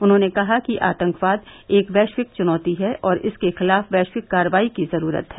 उन्होंने कहा कि आतंकवाद एक वैश्विक चुनौती है और इसके खिलाफ वैश्विक कार्रवाई की जरूरत है